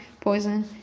Poison